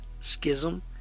Schism